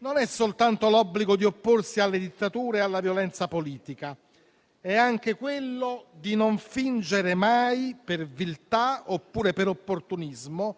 non è soltanto l'obbligo di opporsi alle dittature e alla violenza politica, ma è anche non fingere mai per viltà, oppure per opportunismo,